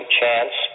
chance